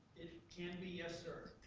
can be, yes sir,